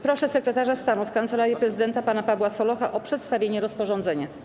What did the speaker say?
Proszę sekretarza stanu w kancelarii prezydenta pana Pawła Solocha o przedstawienie rozporządzenia.